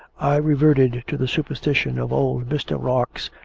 i reverted to the superstition of old mr. rarx,